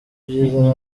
byiza